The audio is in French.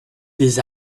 des